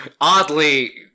Oddly